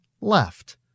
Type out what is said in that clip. left